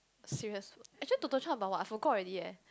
serious actually Totto-chan about what I forgot already leh